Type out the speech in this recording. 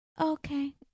okay